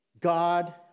God